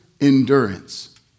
endurance